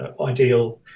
ideal